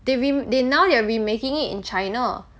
they rema~ they now they're remaking it in China